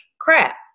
crap